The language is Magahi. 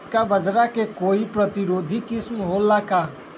का बाजरा के कोई प्रतिरोधी किस्म हो ला का?